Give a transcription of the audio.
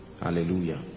Hallelujah